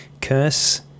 curse